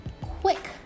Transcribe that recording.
quick